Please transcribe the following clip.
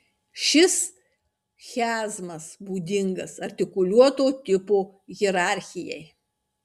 šis chiazmas būdingas artikuliuoto tipo hierarchijai